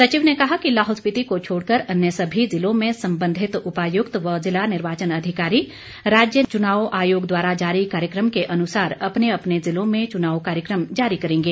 सचिव ने कहा कि लाहौल स्पिति को छोड़कर अन्य सभी ज़िलों में संबंधित उपायुक्त व ज़िला निर्वाचन अधिकारी राज्य चुनाव आयोग द्वारा जारी कार्यक्रम के अनुसार अपने अपने ज़िलों में चुनाव कार्यक्रम जारी करेंगे